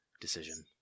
decision